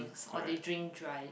or they drink drive